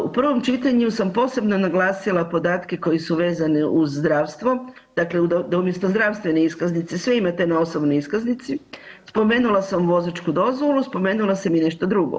U prvom čitanju sam posebno naglasila podatke koji su vezani uz zdravstvo, dakle da umjesto zdravstvene iskaznice, sve imate na osobnoj iskaznici, spomenula sam vozačku dozvolu, spomenula sam i nešto drugo.